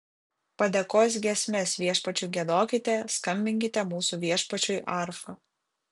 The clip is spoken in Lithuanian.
padėkos giesmes viešpačiui giedokite skambinkite mūsų viešpačiui arfa